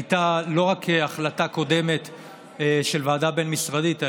הייתה לא רק החלטה קודמת של ועדה בין-משרדית,